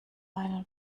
einen